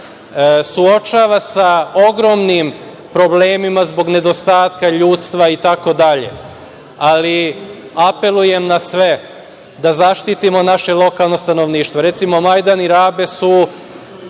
suočava sa ogromnim problemima zbog nedostatka ljudstva, ali apelujem na sve da zaštitimo naše lokalno stanovništvo. Recimo, Majdan i Rabe su